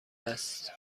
است